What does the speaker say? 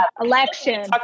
election